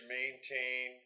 maintain